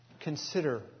Consider